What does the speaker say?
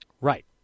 Right